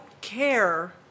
care